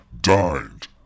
dined